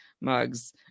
mugs